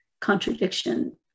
contradiction